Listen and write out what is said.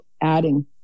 adding